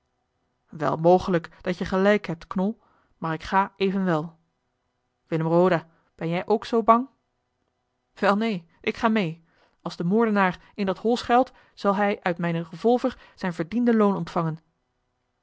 wel mogelijk dat je gelijk hebt knol maar ik ga evenwel willem roda ben jij ook zoo bang wel neen ik ga mee als de moordenaar in dat hol schuilt zal hij uit mijne revolver zijn verdiende loon ontvangen